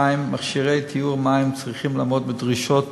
2. מכשירי טיהור מים צריכים לעמוד בדרישות